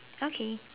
okay